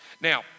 Now